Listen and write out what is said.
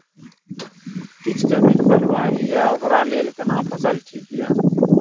किछ जमीन बलुआही ये ओकरा लेल केना फसल ठीक ये?